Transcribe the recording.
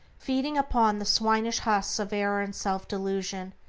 feeding upon the swinish husks of error and self-delusion,